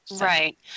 right